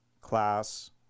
class